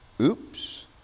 Oops